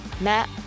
Matt